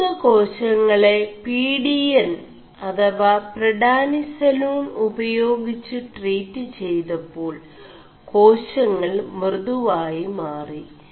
നിയ4ിത േകാശÆെള P D N 4പിഡാനിസലൂൺ ഉപേയാഗിg് 4ടീ് െചയ്തേçാൾ േകാശÆൾ മൃദുവായി മാറി